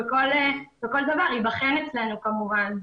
וכל דבר ייבחן אצלנו כמובן.